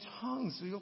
tongues